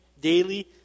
daily